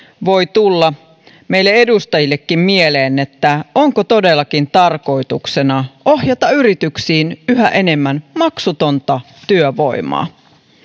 voi tulla meille edustajillekin mieleen onko todellakin tarkoituksena ohjata yrityksiin yhä enemmän maksutonta työvoimaa